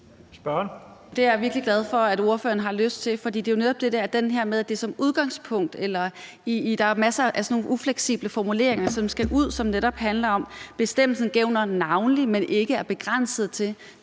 Det er jeg virkelig glad for at ordføreren har lyst til, for det er jo netop det her med, at det er »som udgangspunkt«, altså at der er masser af ufleksible formuleringer, som skal ud, og som netop handler om, at bestemmelsen gælder »navnlig ... men er ikke begrænset til«.